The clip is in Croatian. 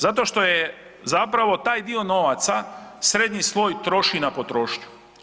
Zato što je zapravo taj dio novaca srednji sloj troši na potrošnju.